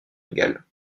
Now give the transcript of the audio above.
égal